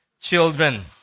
children